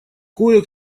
кое